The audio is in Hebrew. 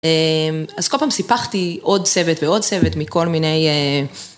אז כל פעם סיפחתי עוד צוות ועוד צוות מכל מיני...